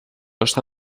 està